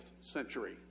century